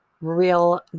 real